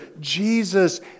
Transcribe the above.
Jesus